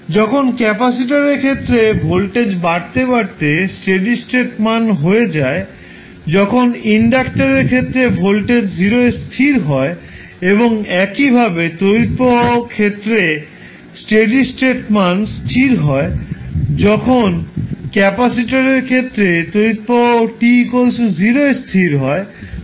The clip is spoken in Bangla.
যখন ক্যাপাসিটারের ক্ষেত্রে ভোল্টেজ বাড়তে বাড়তে স্টেডি স্টেট মান হয়ে যায় যখন ইন্ডাক্টরের ক্ষেত্রে ভোল্টেজ 0 এ স্থির হয় এবং একইভাবে তড়িৎ প্রবাহ ক্ষেত্রে স্টেডি স্টেট মানে স্থির হয় যখন ক্যাপাসিটরের ক্ষেত্রে তড়িৎ প্রবাহ t 0 এ স্থির হয়